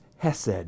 Hesed